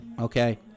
Okay